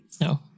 No